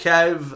Kev